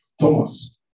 Thomas